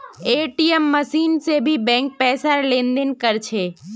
ATM machine से भी bank पैसार लेन देन कर छे